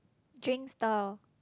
drink stall